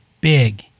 big